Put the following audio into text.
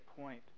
point